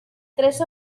tres